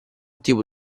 tipo